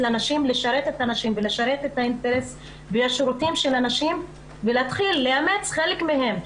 במטרה לסייע לנשים ולשרת את האינטרס של הנשים ולהתחיל לאמץ חלק מהם.